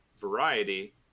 variety